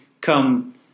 come